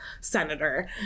Senator